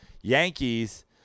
Yankees